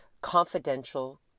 Confidential